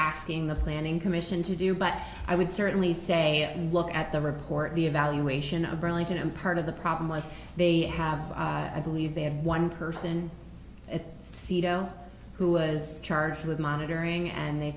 asking the planning commission to do but i would certainly say look at the report the evaluation of burlington and part of the problem was they have i believe they have one person c d o who was charged with monitoring and they